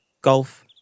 golf